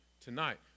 tonight